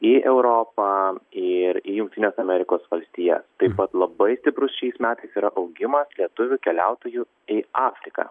į europą ir į jungtines amerikos valstijas taip pat labai stiprus šiais metais yra augimas lietuvių keliautojų į afriką